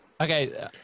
Okay